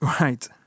Right